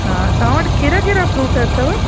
हा तव्हां वटि कहिड़ा कहिड़ा फ़्रूट अथव